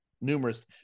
numerous